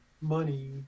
money